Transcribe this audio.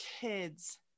kids